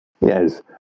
Yes